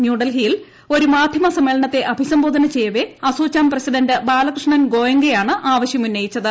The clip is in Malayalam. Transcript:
ന്യൂഡൽഹിയിൽ ഒരു മാധ്യമ സമ്മേളനത്തെ അഭിസംബോധന ചെയ്യവേ അസോചാം പ്രസിഡന്റ് ബാലകൃഷ്ണൻ ഗോയങ്കയാണ് ആവശ്യമുന്നയിച്ചത്